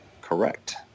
Correct